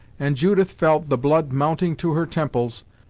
and judith felt the blood mounting to her temples,